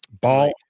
ball